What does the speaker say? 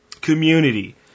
community